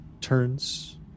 turns